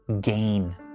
gain